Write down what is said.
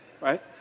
right